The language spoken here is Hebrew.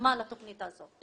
שקדמה לתוכנית הזאת,